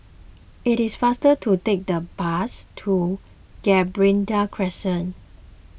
it is faster to take the bus to Gibraltar Crescent